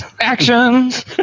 Actions